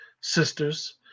sisters